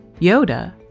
Yoda